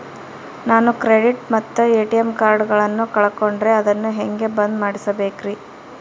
ನಾನು ಕ್ರೆಡಿಟ್ ಮತ್ತ ಎ.ಟಿ.ಎಂ ಕಾರ್ಡಗಳನ್ನು ಕಳಕೊಂಡರೆ ಅದನ್ನು ಹೆಂಗೆ ಬಂದ್ ಮಾಡಿಸಬೇಕ್ರಿ?